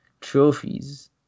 trophies